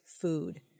food